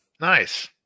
Nice